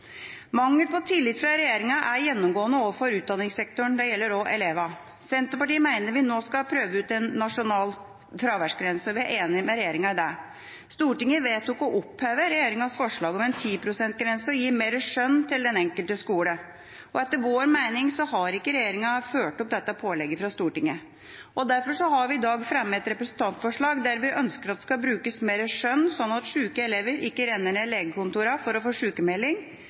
Mangel på tillit fra regjeringa er gjennomgående overfor utdanningssektoren, og det gjelder også elevene. Senterpartiet mener vi nå skal prøve ut en nasjonal fraværsgrense, og vi er enig med regjeringa i det. Stortinget vedtok å oppheve regjeringas forslag om en 10 pst.-grense og gi mer skjønn til den enkelte skole. Etter vår mening har ikke regjeringa fulgt opp dette pålegget fra Stortinget. Derfor har vi i dag fremmet et representantforslag om at det skal brukes mer skjønn, slik at syke elever ikke renner ned legekontorene for å få